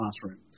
classroom